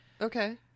Okay